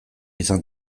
izan